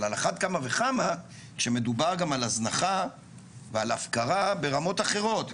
אבל על אחת כמה וכמה כשמדובר על הזנחה ועל הפקרה ברמות אחרות.